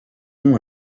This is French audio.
nom